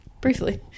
Briefly